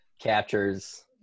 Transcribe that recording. captures